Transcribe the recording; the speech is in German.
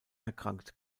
erkrankt